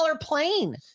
plane